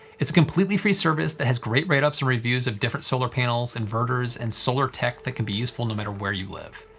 it's a completely free service that has great write-ups and reviews of different solar panels, inverters, and solar tech that can be useful no matter where you live.